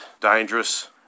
dangerous